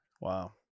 wow